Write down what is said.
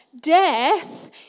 death